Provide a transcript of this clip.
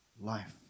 life